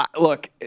look